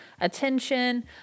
attention